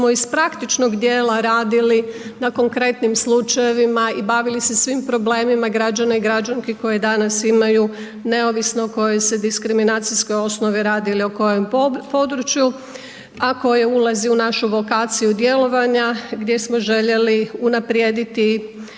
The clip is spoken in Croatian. smo iz praktičnog dijela radili na konkretnim slučajevima i bavili se svim problemima građana i građanki koje danas imaju, neovisno o kojoj se diskriminacijskoj osnovi radi ili o kojem području, a koje ulazi u našu vokaciju djelovanja gdje smo željeli unaprijediti i